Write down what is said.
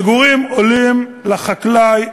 המגורים עולים לחקלאי,